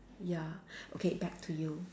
ya okay back to you